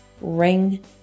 ring